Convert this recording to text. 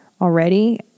already